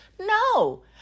No